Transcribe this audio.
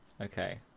Okay